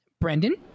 Brendan